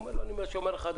אמר לו: אני מהשומר החדש.